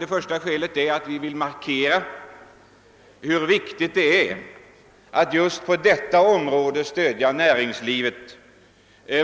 Det första skälet är att vi vill markera vikten av att just på detta område stödja